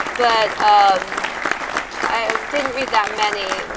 but um i ah didn't read that many.